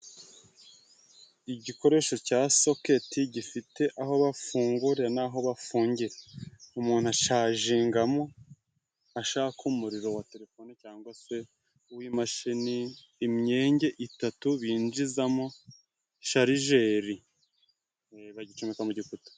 Igikoresho cya soketi gifite aho bafungurira n'aho bafungira, umuntu acagingamo ashaka umuriro wa telefoni cyangwa se uw'imashini imyenge itatu binjizamo sharijeri bagicomeka mu giputa.